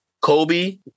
Kobe